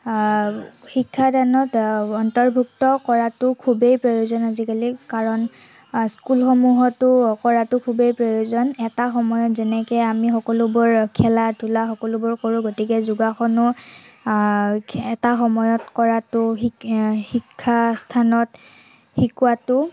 শিক্ষাদানত অন্তৰ্ভুক্ত কৰাতো খুবেই প্ৰয়োজন আজিকালি কাৰণ স্কুলসমূহতো কৰাতো খুবেই প্ৰয়োজন এটা সময়ত যেনেকৈ আমি সকলোবোৰ খেলা ধূলা সকলোবোৰ কৰোঁ গতিকে যোগাসনো এটা সময়ত কৰাতো শিক শিক্ষাস্থানত শিকোৱাতো